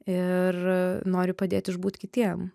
ir nori padėt išbūt kitiem